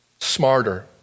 smarter